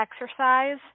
exercise